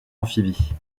amphibie